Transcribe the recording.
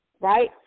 right